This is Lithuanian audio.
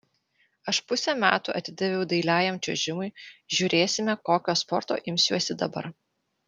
aš pusę metų atidaviau dailiajam čiuožimui žiūrėsime kokio sporto imsiuosi dabar